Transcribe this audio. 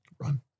run